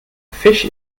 fisch